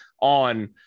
on